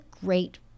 great